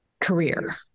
career